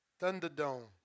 Thunderdome